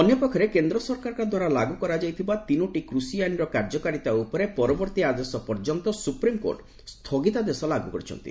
ଅନ୍ୟ ପକ୍ଷରେ କେନ୍ଦ୍ର ସରକାରଙ୍କ ଦ୍ୱାରା ଲାଗୁ କରାଯାଇଥିବା ତିନୋଟି କୃଷି ଆଇନ୍ର କାର୍ଯ୍ୟକାରିତା ଉପରେ ପରବର୍ତ୍ତୀ ଆଦେଶ ପର୍ଯ୍ୟନ୍ତ ସୁପ୍ରିମ୍କୋର୍ଟ ସ୍ଥଗିତାଦେଶ ଲାଗୁ କରିଛନ୍ତି